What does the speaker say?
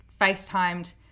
facetimed